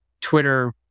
Twitter